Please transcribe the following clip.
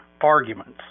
Arguments